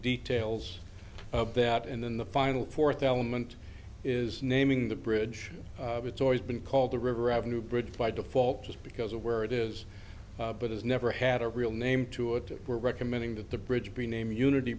details of that and then the final four thousand mint is naming the bridge it's always been called the river avenue bridge by default just because of where it is but has never had a real name to it we're recommending that the bridge be name unity